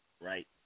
right